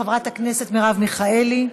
חברת הכנסת מרב מיכאלי.